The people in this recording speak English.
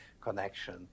connection